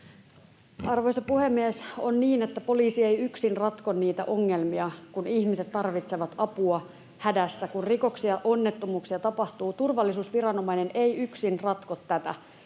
Arvoisa puhemies! On niin, että poliisi ei yksin ratko niitä ongelmia, kun ihmiset tarvitsevat apua hädässä, kun rikoksia ja onnettomuuksia tapahtuu. Turvallisuusviranomainen ei yksin ratko tätä.